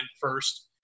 first